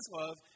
love